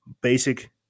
basic